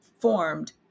formed